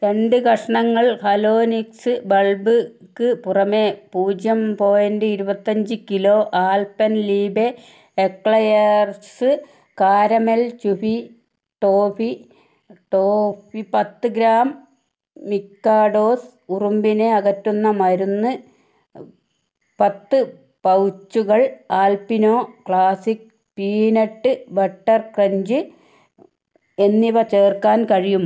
രണ്ട് കഷ്ണങ്ങൾ Halonix bulb ക്ക് പുറമേ പൂജ്യം പോയൻ്റ് ഇരുപത്തി അഞ്ച് kilo Alpenliebe eclairs caramel chewfy toffee toffee പത്ത് ഗ്രാം മിക്കാഡോസ് ഉറുമ്പിനെ അകറ്റുന്ന മരുന്ന് പത്ത് പൗച്ചുകൾ Alpino classic peanut butter crunch എന്നിവ ചേർക്കാൻ കഴിയുമോ